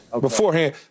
beforehand